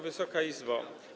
Wysoka Izbo!